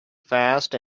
fast